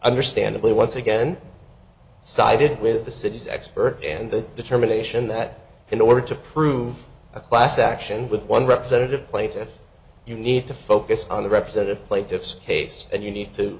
understandably once again sided with the city's expert and the determination that in order to prove a class action with one representative plaintiff you need to focus on the representative plaintiff's case and you need to